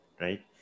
right